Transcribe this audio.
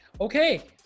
Okay